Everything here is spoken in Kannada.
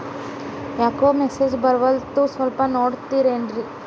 ಯಾಕೊ ಮೆಸೇಜ್ ಬರ್ವಲ್ತು ಸ್ವಲ್ಪ ನೋಡ್ತಿರೇನ್ರಿ?